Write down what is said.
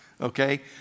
okay